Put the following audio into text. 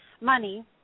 money